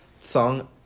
Song